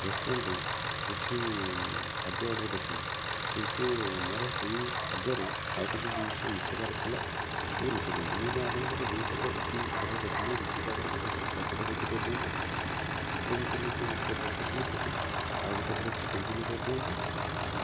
restaurant ରୁ କିଛି ଖାଦ୍ୟ ଅର୍ଡ଼ର୍ କରିଥିଲି କିନ୍ତୁ ମୋର ସେଇ ଖାଦ୍ୟରେ ଆଉ କିଛି ଜିନିଷ ମିଶିବାର ଥିଲା ଟିକିଏ ମିଶେଇ ଦିଅନ୍ତୁ ମୁଁ ଯୋଉ ଆପଣଙ୍କର ଦୁଇପଟ ରୁଟି ଅର୍ଡ଼ର୍ କରିଥିଲି ରୁଟି ଜାଗାରେ ମୋତେ ଏଇଟା ଛଅପଟ ରୁଟି କରିଦିଅନ୍ତୁ ଚିକେନ୍ ଚିଲି ଯୋଉ ଗୋଟେ ପ୍ଲେଟ୍ କରିଥିଲେ ସେଠି ଆଉ ଗୋଟେ ପ୍ଲେଟ୍ ଚିକେନ୍ ଚିଲି କରିଦିଅନ୍ତୁ ଆଉ